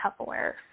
Tupperware